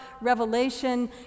revelation